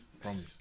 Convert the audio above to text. Promise